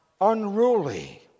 unruly